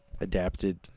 adapted